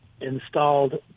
installed